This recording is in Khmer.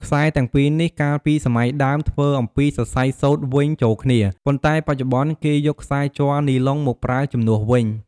ខ្សែទាំង២នេះកាលពីសម័យដើមធ្វើអំពីសរសៃសូត្រវេញចូលគ្នា ប៉ុន្ដែបច្ចុប្បន្នគេយកខ្សែជ័រនីឡុងមកប្រើជំនួសវិញ ។